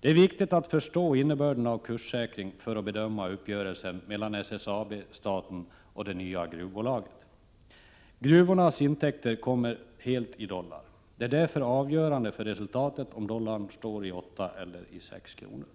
Det är viktigt att förstå innebörden av kurssäkring för att kunna bedöma uppgörelsen mellan SSAB, staten och det nya gruvbolaget. Gruvornas intäkter kommer helt i dollar. Det är därför avgörande för resultatet om dollarn står i åtta eller i sex kronor.